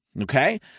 okay